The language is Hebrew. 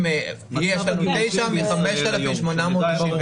יש לנו 9 מ-5,897.